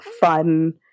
fun